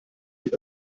die